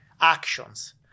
actions